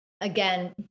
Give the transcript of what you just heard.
again